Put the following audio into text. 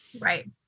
Right